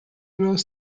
rose